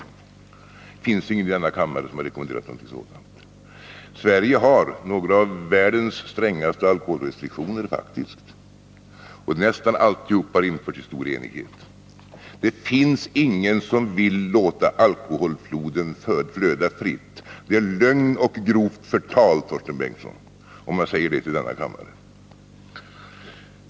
Det finns ingen i denna kammare som har rekommenderat något sådant. Sverige har faktiskt några av världens strängaste alkoholrestriktioner, och nästan alla har införts i stor enighet. Det finns ingen som vill låta alkoholfloden flöda fritt — det är lögn och grovt förtal, Torsten Bengtson, om man säger det till denna kammare.